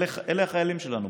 אלה החיילים שלנו.